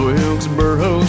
Wilkesboro